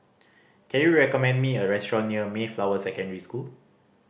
can you recommend me a restaurant near Mayflower Secondary School